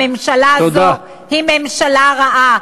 הממשלה הזאת היא ממשלה רעה.